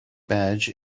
badge